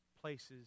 places